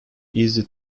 easy